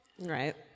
Right